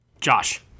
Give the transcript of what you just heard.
Josh